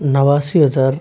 नवासी हज़ार